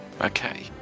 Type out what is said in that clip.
Okay